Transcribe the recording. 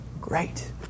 Great